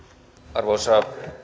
arvoisa